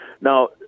Now